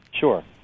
Sure